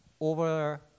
over